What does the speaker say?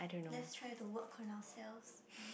let's try to work on ourselves